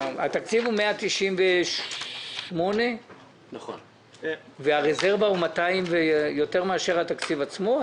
התקציב הוא 198 מיליון והרזרבה היא יותר מאשר התקציב עצמו?